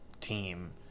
team